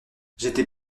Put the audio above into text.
j’étais